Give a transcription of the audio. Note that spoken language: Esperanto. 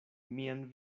mian